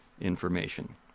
information